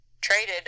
traded